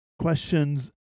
Questions